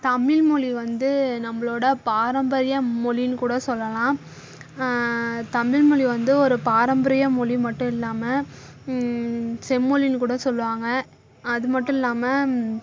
தமிழ்மொழி வந்து நம்பளோடய பாரம்பரிய மொழின்னு கூட சொல்லலாம் தமிழ்மொழி வந்து ஒரு பாரம்பரிய மொழி மட்டும் இல்லாமல் செம்மொழின்னு கூட சொல்லுவாங்க அது மட்டும் இல்லாமல்